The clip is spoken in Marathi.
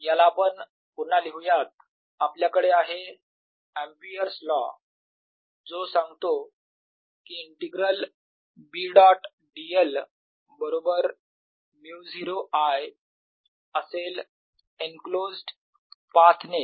dS0Ienclosed याला आपण पुन्हा लिहूयात आपल्याकडे आहे एम्पिअर्स लॉ Ampere's law जो सांगतो की इंटीग्रल B डॉट dl बरोबर μ0 I असेल एनक्लोज पाथ ने